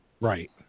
Right